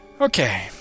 okay